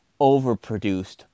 overproduced